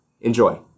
Enjoy